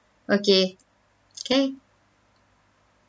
okay kay